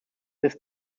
this